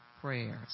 prayers